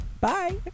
bye